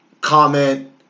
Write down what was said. comment